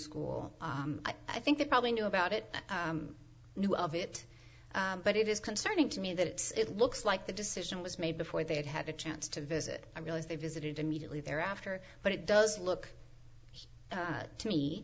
school i think they probably knew about it knew of it but it is concerning to me that it looks like the decision was made before they had had a chance to visit i realize they visited immediately thereafter but it does look to me